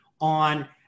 on